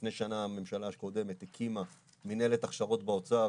לפני שנה הממשלה הקודמת הקדימה מנהלת הכשרות באוצר,